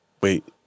wait